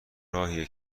راهیه